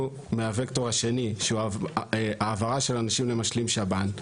מהווקטור השני שהוא העברה של אנשים למשלים שב"ן,